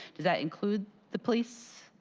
does that include the police?